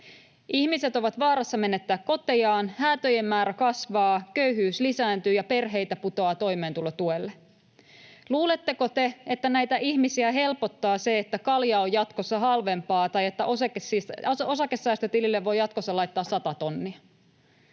ihmiset ovat vaarassa menettää kotejaan, häätöjen määrä kasvaa, köyhyys lisääntyy ja perheitä putoaa toimeentulotuelle. Luuletteko te, että näitä ihmisiä helpottaa se, että kalja on jatkossa halvempaa tai että osakesäästötilille voi jatkossa laittaa sata tonnia?